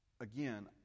again